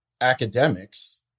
academics